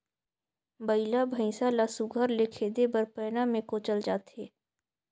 बइला भइसा ल सुग्घर ले खेदे बर पैना मे कोचल जाथे